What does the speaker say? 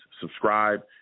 subscribe